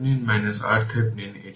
যদি তাই হয় সার্কিটটি কেমন তা দেখুন